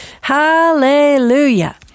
Hallelujah